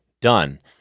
done